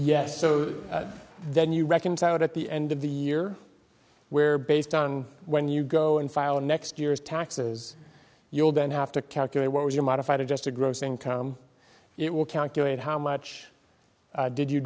yes so then you reconcile it at the end of the year where based on when you go and file next year's taxes you'll then have to calculate what was your modified adjusted gross income it will calculate how much did you